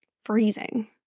Freezing